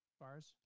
bars